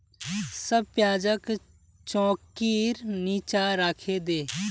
सब प्याजक चौंकीर नीचा राखे दे